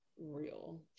real